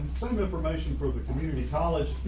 some information for the community college.